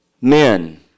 men